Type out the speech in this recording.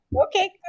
Okay